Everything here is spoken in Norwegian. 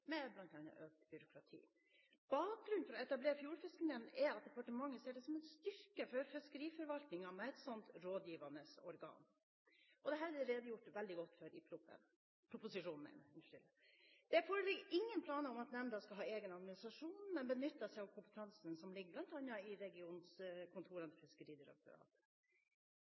som en styrke for fiskeriforvaltningen med et sånt rådgivende organ. Dette er det redegjort veldig godt for i proposisjonen. Det foreligger ingen planer om at nemnden skal ha egen administrasjon, men den skal benytte seg av kompetansen som bl.a. ligger i regionkontorene til Fiskeridirektoratet.